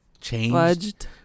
changed